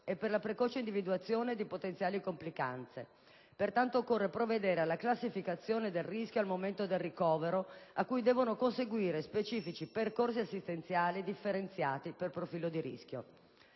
e per la precoce individuazione delle potenziali complicanze. Pertanto, occorre provvedere alla classificazione del rischio al momento del ricovero a cui devono conseguire specifici percorsi assistenziali differenziati per profilo di rischio.